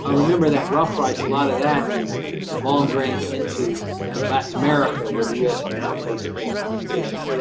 ah remember, that rough price, a lot of that is long grain into latin america, where the u s. is now facing more competition.